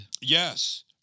Yes